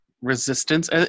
Resistance